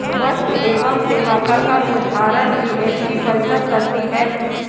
वस्तु एवं सेवा कर का निर्धारण जीएसटी परिषद करती है